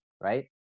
right